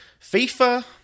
FIFA